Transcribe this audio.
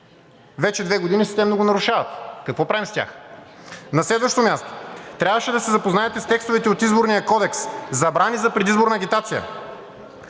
вече две години системно го нарушават. Какво правим с тях? На следващо място, трябваше да се запознаете с текстовете от Изборния кодекс „Забрани за предизборна агитация“: